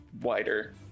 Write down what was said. wider